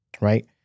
right